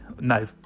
no